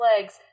legs